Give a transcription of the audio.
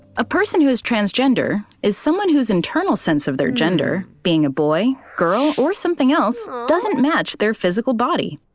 a person who is transgender is someone whose internal sense of their gender, being a boy, girl, or something else doesn't match their physical body.